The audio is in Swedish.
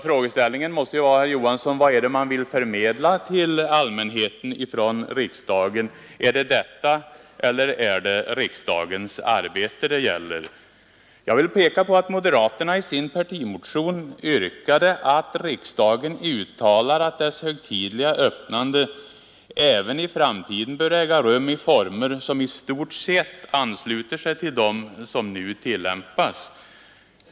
Frågeställningen måste bli, herr Johansson: Vad är det man vill förmedla till allmänheten från riksdagen? Är det dessa saker eller riksdagens arbete det gäller? Jag vill peka på att moderaterna i sin partimotion yrkat att riksdagen uttalar att dess högtidliga öppnande även i framtiden bör äga rum i former som i stort sett ansluter sig till dem som hittills tillämpats.